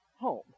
home